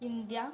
India